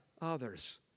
others